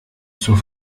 zur